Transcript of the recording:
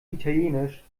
italienisch